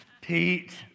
Pete